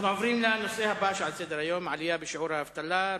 אנחנו עוברים להצעות לסדר-היום שמספרן 552,